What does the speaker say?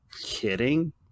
kidding